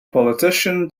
politician